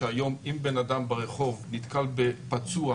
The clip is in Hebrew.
שהיום אם בן-אדם ברחוב נתקל בפצוע,